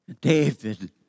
David